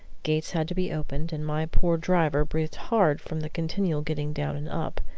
gates had to be opened, and my poor driver breathed hard from the continual getting down and up.